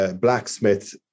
Blacksmith